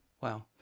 Wow